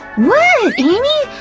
what, amy,